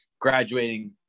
graduating